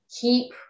keep